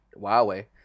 Huawei